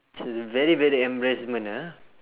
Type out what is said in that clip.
it's a very very embarrassment ah